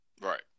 right